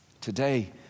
Today